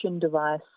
device